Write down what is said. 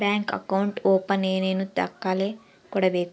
Bank account open ಏನೇನು ದಾಖಲೆ ಕೊಡಬೇಕು?